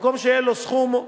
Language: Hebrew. במקום שיהיה לו סכום,